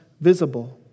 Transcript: visible